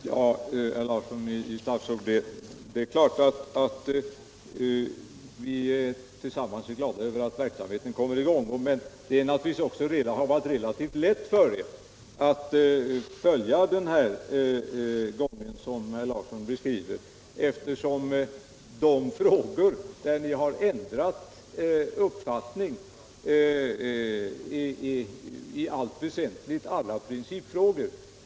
Nr 41 Herr talman! Ja, herr Larsson i Staffanstorp, det är klart att vi till Onsdagen den sammans är glada över att verksamheten kommer i gång. Men det har 8 december 1976 naturligtvis också varit relativt lätt för er att följa den här gången som I herr Larsson beskriver, eftersom de frågor där ni har ändrat uppfattning Radio och television i allt väsentligt är principfrågor.